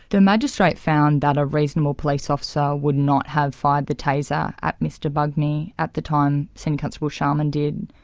the magistrate found that a reasonable police officer would not have fired the taser at mr bugmy at the time senior constable charman did.